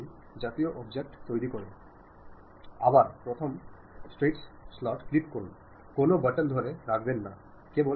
എന്നാൽ കുട്ടി തുടർച്ചയായി കരയുകയും അമ്മ അറിയാതിരിക്കുകയും ചെയ്യുന്ന സന്ദർഭങ്ങളും ഉണ്ടാവാറുണ്ട്